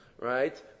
Right